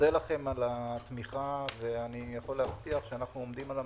מנהל שוק ההון והביטוח, אנחנו מקדמים אותך